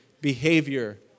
behavior